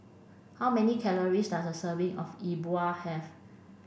how many calories does a serving of Yi Bua have